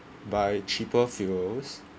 buy cheaper fuels